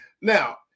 Now